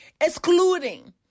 Excluding